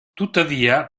tuttavia